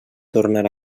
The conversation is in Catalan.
tornar